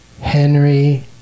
Henry